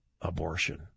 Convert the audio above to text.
abortion